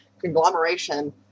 conglomeration